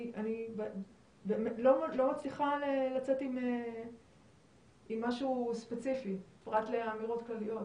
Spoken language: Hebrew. אני לא מצליחה לצאת עם משהו ספציפי פרט לאמירות כלליות.